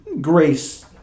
grace